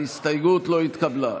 ההסתייגות לא התקבלה.